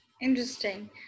Interesting